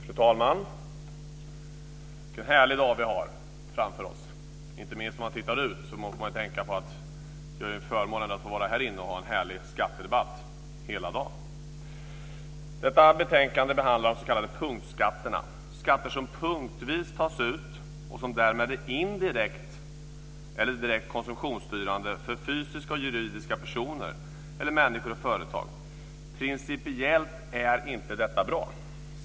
Fru talman! Vilken härlig dag vi har framför oss. Inte minst när man tittar ut måste man tänka på att vi har förmånen att vara här inne och ha en härlig skattedebatt hela dagen. Detta betänkande behandlar de s.k. punktskatterna. Det är skatter som punktvis tas ut, och som därmed är indirekt eller direkt konsumtionsstyrande för fysiska och juridiska personer eller människor och företag. Principiellt är inte detta bra.